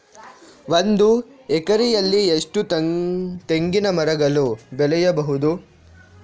ಒಂದು ಎಕರೆಯಲ್ಲಿ ಎಷ್ಟು ತೆಂಗಿನಮರಗಳು ಬೆಳೆಯಬಹುದು?